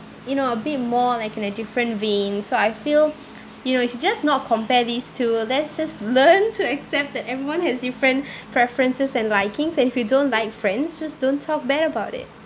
you know a bit more like in a different vein so I feel you know you should just not compare these two let's just learn to accept that everyone has different preferences and likings and if you don't like friends just don't talk bad about it